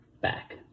back